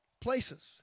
places